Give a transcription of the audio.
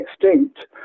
extinct